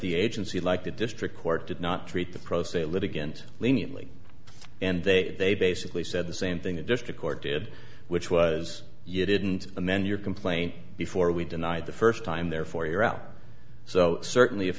the agency like the district court did not treat the pro se litigant leniently and they they basically said the same thing the district court did which was you didn't amend your complaint before we denied the first time therefore you're out so certainly if